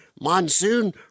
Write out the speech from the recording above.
Monsoon